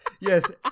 yes